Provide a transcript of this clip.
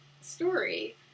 story